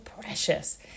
precious